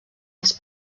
els